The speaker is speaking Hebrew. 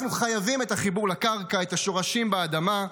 אנחנו חייבים את החיבור לקרקע, את השורשים באדמה.